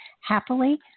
happily